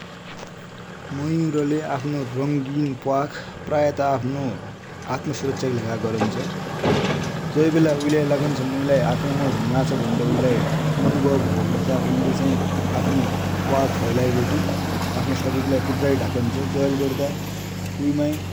प्राय त मयुरले आफ्नो रङिन प्वाख प्राय आफ्नो आत्मसुरक्षाकि लेखा गरन्छ। जै बेला लागन्छ मुइलाइ आक्रमण हुन्लाछ भन्डे अनुभव भयापछा यउइले चाइ आफ्नो प्वाख फैलाइबटी आफ्नो सरिर लाइ पुरा ढाकन्छ जैले गर्दा उइ माइ चाहि